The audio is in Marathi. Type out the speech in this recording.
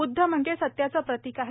बुध्द म्हणजे सत्याचं प्रतीक आहे